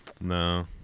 No